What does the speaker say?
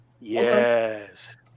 Yes